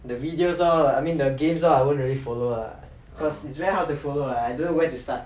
the videos all I mean the games all I won't really follow lah cause it's very hard to follow lah I don't know where to start